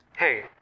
Hey